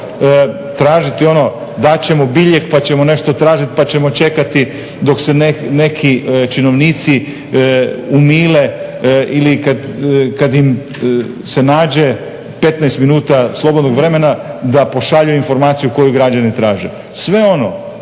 tražiti ono dat ćemo biljeg pa ćemo nešto tražiti pa ćemo čekati dok se neki činovnici umile ili kad im se nađe 15 minuta slobodnog vremena da pošalju informaciju koju građani traže. Sve ono